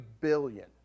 billion